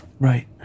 Right